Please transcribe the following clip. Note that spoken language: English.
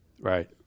Right